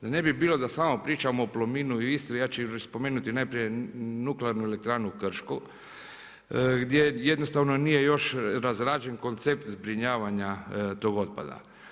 Da ne bi bilo da samo pričamo o Plominu u Istri, ja ću spomenuti najprije nuklearnu elektranu Kršku gdje je jednostavno nije još razrađen koncept zbrinjavanja tog otpada.